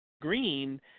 green